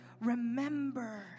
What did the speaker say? Remember